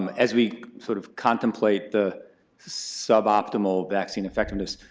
um as we sort of contemplate the suboptimal vaccine effectiveness,